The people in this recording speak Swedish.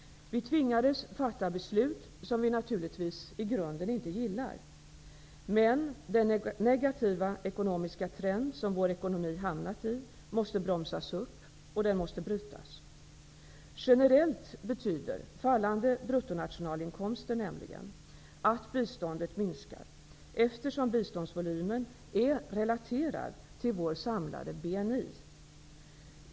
Vi tvingades fatta beslut som vi naturligtvis inte gillar i grunden. Den negativa ekonomiska trend som vår ekonomi hamnat i måste bromsas upp och den måste brytas. Generellt betyder fallande bruttonationalinkomster nämligen att biståndet minskar, eftersom biståndsvolymen är relaterad till vår samlade BNI.